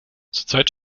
zurzeit